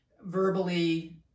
verbally